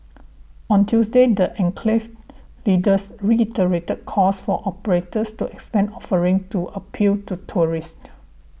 on Tuesday the enclave's leaders reiterated calls for operators to expand offerings to appeal to tourists